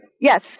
Yes